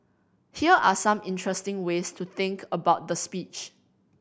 here are some interesting ways to think about the speech